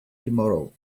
tomorrow